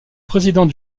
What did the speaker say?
président